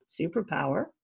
superpower